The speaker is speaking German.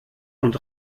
und